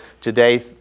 today